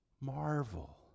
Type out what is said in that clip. marvel